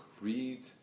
read